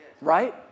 right